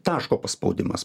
taško paspaudimas